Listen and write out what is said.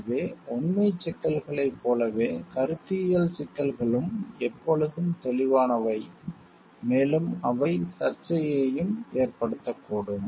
எனவே உண்மைச் சிக்கல்களைப் போலவே கருத்தியல் சிக்கல்களும் எப்பொழுதும் தெளிவானவை மேலும் அவை சர்ச்சையையும் ஏற்படுத்தக்கூடும்